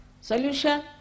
solution